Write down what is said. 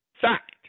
Fact